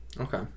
Okay